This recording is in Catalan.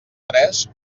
tres